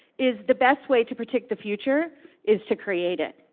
is the best way to predict the future is to create it.